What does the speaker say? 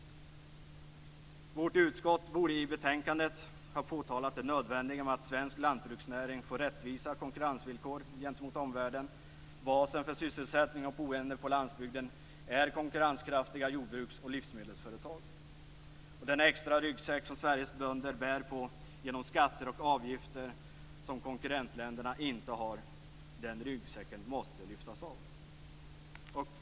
Vårt utskott borde i betänkandet ha påtalat det nödvändiga i att svensk lantbruksnäring får rättvisa konkurrensvillkor gentemot omvärlden. Basen för sysselsättning och boende på landsbygden är konkurrenskraftiga jordbruks och livsmedelsföretag. Den extra ryggsäck som Sveriges bönder bär på i form av skatter och avgifter som konkurrentländerna inte har måste lyftas av.